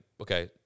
okay